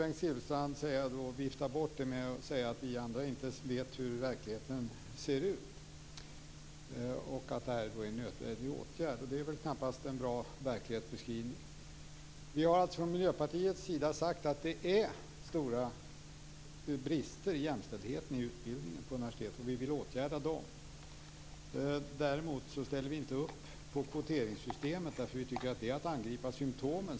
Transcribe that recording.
Bengt Silfverstrand försöker vifta bort våra påpekanden genom att säga att vi inte vet hur verkligheten ser ut och att det här är en nödvändig åtgärd. Det är väl knappast en bra verklighetsbeskrivning. Vi har från Miljöpartiet sagt att det finns stora brister vad gäller jämställdheten i utbildningen på universiteten, och vi vill åtgärda dem. Däremot ställer vi inte upp på kvoteringssystemet, eftersom vi menar att det är att angripa symtomen.